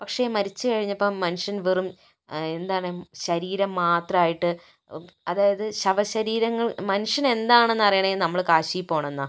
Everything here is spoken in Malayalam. പക്ഷേ മരിച്ച് കഴിഞ്ഞപ്പം മനുഷ്യൻ വെറും എന്താണ് ശരീരം മാത്രമായിട്ട് അതായത് ശവശരീരങ്ങൾ മനുഷ്യൻ എന്താണെന്ന് അറിയണമെങ്കിൽ നമ്മൾ കാശിയിൽ പോകണമെന്ന്